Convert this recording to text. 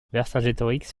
vercingétorix